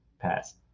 pass